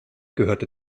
gehörte